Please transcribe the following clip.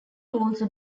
also